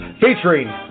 featuring